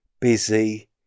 busy